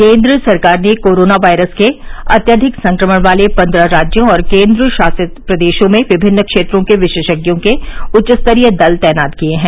केन्द्र सरकार ने कोरोना वायरस के अत्यधिक संक्रमण वाले पन्द्रह राज्यों और केन्द्रशासित प्रदेशों में विभिन्न क्षेत्रों के विशेषज्ञों के उच्च स्तरीय दल तैनात किए हैं